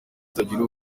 utagira